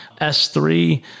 S3